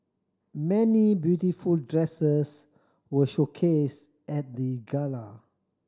many beautiful dresses were showcased at the gala